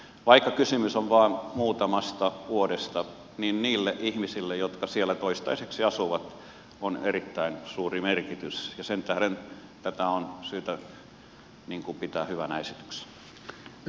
vaikka kysymys on vain muutamasta vuodesta niin niille ihmisille jotka siellä toistaiseksi asuvat tällä on erittäin suuri merkitys ja sen tähden tätä on syytä pitää hyvänä esityksenä